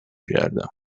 کردم